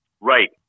Right